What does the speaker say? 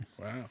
Wow